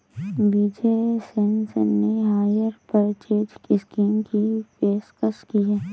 विजय Sales ने hire purchase scheme की पेशकश की हैं